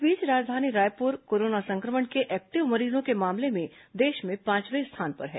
इस बीच राजधानी रायपुर कोरोना संक्रमण के एक्टिव मरीजों के मामले में देश में पांचवें स्थान पर है